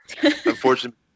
Unfortunately